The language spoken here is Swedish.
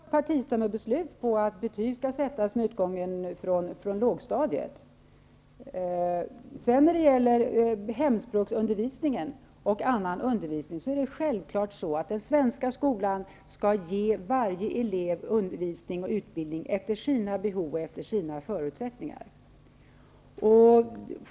Herr talman! Moderata samlingspartiet har partistämmobeslut på att betyg skall sättas från utgången av lågstadiet. När det gäller hemspråksundervisningen och annan undervisning är det självfallet så att den svenska skolan skall ge varje elev undervisning och utbildning efter elevens egna behov och förutsättningar.